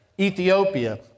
Ethiopia